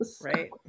Right